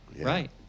right